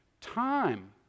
Time